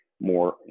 more